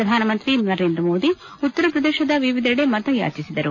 ಪ್ರಧಾನಮಂತ್ರಿ ನರೇಂದ್ರ ಮೋದಿ ಉತ್ತರ ಪ್ರದೇಶದ ವಿವಿಧೆಡೆ ಮತಯಾಚಿಸಿದರು